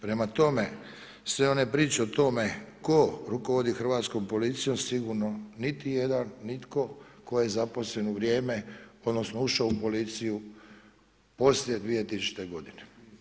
Prema tome, sve one priče o tome tko rukovodi hrvatskom policiju, sigurno niti jedan, nitko tko je zaposlen u vrijeme odnosno ušao u policiju poslije 2000. godine.